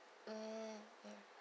mm mm